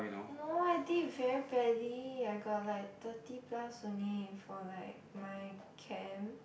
no I did very badly I got like thirty plus only for like my chem